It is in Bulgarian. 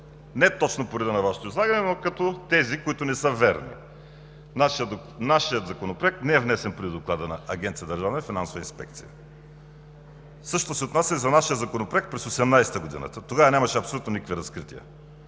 не точно по реда на Вашето излагане, но на тези, които не са верни. Нашият законопроект не е внесен преди доклада на Агенцията за държавна и финансова инспекция. Същото се отнася и за нашия законопроект през 2018 г. Тогава нямаше абсолютно никакви разкрития